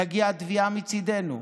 תגיע תביעה מצידנו.